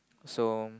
so